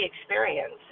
experience